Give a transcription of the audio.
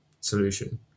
solution